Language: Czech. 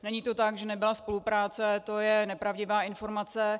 Není to tak, že nebyla spolupráce, to je nepravdivá informace.